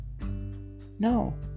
No